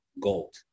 gold